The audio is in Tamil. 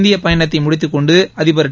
இந்திய பயணத்தை முடித்துக்கொண்டு அதிபர் திரு